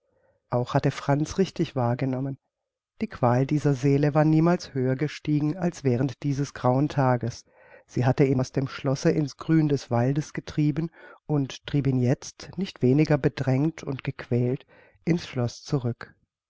auch hatte franz richtig wahrgenommen die qual dieser seele war niemals höher gestiegen als während dieses grauen tages sie hatte ihn aus dem schlosse in's grün des waldes getrieben und trieb ihn jetzt nicht weniger bedrängt und gequält in's schloß zurück